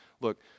look